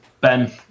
Ben